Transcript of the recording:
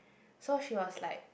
so she was like